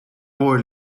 oil